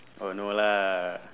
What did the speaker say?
oh no lah